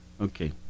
Okay